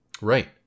Right